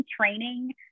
training